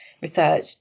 research